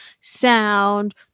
sound